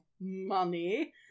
money